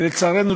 ולצערנו,